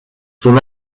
son